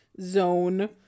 Zone